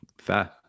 Fair